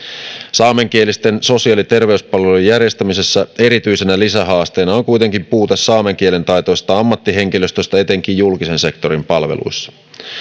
saamenkielisten sosiaali ja terveyspalvelujen järjestämisessä erityisenä lisähaasteena on kuitenkin puute saamen kielen taitoisesta ammattihenkilöstöstä etenkin julkisen sektorin palveluissa